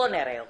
בוא נראה אתכם.